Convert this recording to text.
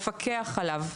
לפקח עליו.